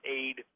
aid